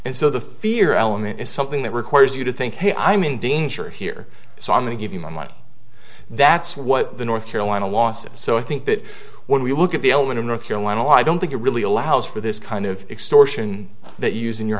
and so the fear element is something that requires you to think hey i'm in danger here so i'm going to give you my money that's what the north carolina losses so i think that when we look at the element of north carolina law i don't think it really allows for this kind of extortion that using your